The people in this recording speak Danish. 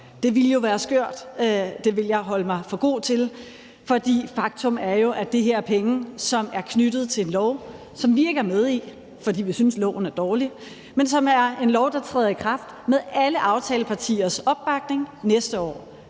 Det ville jo være skørt, og det vil jeg holde mig for god til, for faktum er jo, at det her er penge, som er knyttet til en lov, som vi ikke er med i, fordi vi synes, at loven er dårlig, og som er en lov, der træder i kraft med alle aftalepartiernes opbakning næste år.